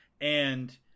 And-